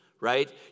right